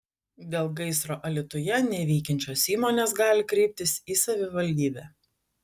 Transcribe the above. dėl gaisro alytuje neveikiančios įmonės gali kreiptis į savivaldybę